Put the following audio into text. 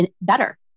better